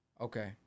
Okay